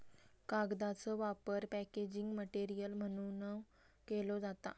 कागदाचो वापर packaging material म्हणूनव केलो जाता